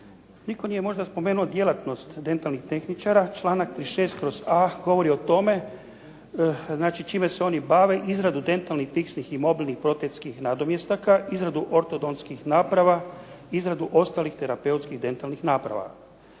Nitko nije možda spomenuo djelatnost dentalnih tehničara, članak 36./a govori o tome, znači čime se oni bave, izradu dentalnih, fiksnih i mobilnih …/Govornik se ne razumije./… nadomjestaka, izradu ortodontskih naprava, izradu ostalih terapeutskih dentalnih naprava.